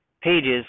pages